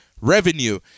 revenue